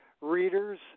readers